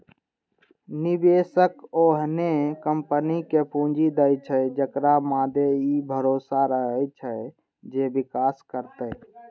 निवेशक ओहने कंपनी कें पूंजी दै छै, जेकरा मादे ई भरोसा रहै छै जे विकास करतै